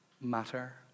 matter